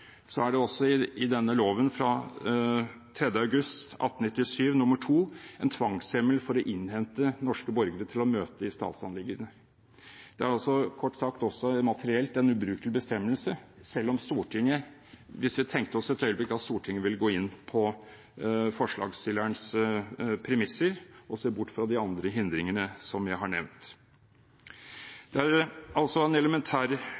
så er det i loven av 3. august 1897 nr. 2 en tvangshjemmel for å innhente norske borgere for å møte i statsanliggende. Forslaget er kort sagt også materielt en ubrukelig bestemmelse hvis vi tenker oss et øyeblikk at Stortinget vil gå inn på forslagsstillerens premisser og se bort fra de andre hindringene som jeg har nevnt. Det er altså en elementær